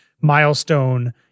milestone